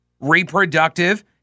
reproductive